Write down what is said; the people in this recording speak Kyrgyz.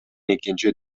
экинчи